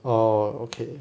oh okay